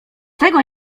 tego